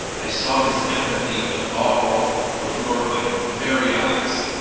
i saw his empathy evolve before my very eyes,